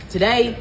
today